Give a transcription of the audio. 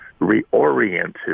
reoriented